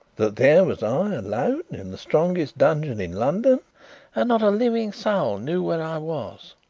that there was i alone in the strongest dungeon in london and not a living soul knew where i was.